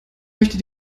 möchte